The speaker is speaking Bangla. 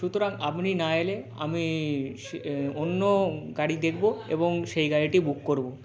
সুতরাং আপনি না এলে আমি স অন্য গাড়ি দেখবো এবং সেই গাড়িটি বুক করবো